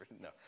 No